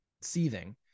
seething